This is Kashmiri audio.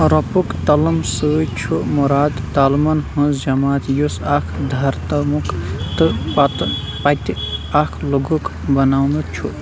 روپُک تلم سۭتۍ چھُ مُراد تالامن ہٕنٛز جَماعت یُس اکھ دھرتمُک تہٕ پتہٕ پَتہِ اکھ لغوُک بَنیوٚمُت چھُ